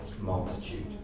multitude